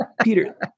Peter